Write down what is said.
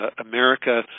America